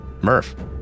Murph